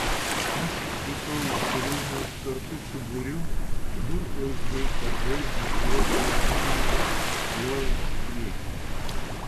aš išvykau iš rūmų kartu su būriu durklais bei kardais ginkluotų eunuchų jojančių priekyje